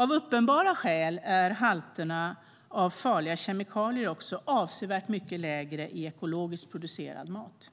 Av uppenbara skäl är halterna av farliga kemikalier också avsevärt lägre i ekologiskt producerad mat.